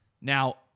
Now